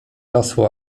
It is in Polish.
rosło